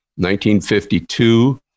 1952